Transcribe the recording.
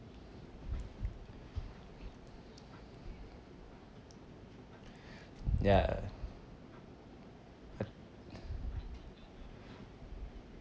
ya